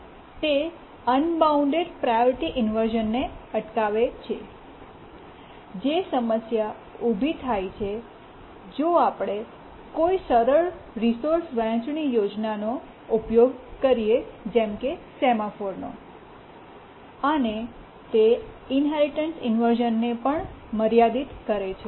તે unbound priority ઇન્વર્શ઼નને અટકાવે છે જે સમસ્યા ઉભી થાય છે જો આપણે કોઈ સરળ રિસોર્સ વહેંચણી યોજનાનો ઉપયોગ કરીએ જેમ કે સેમાફોરનો અને તે ઇન્હેરિટન્સ ઇન્વર્શ઼નને પણ મર્યાદિત કરે છે